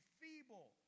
feeble